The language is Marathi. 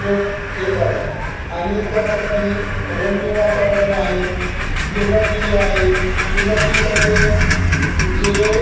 लोक येतात आणि त्यासाठी रम्य वातावरण आहे दुर्गादेवी आहे दुर्गादेवीसाठी जे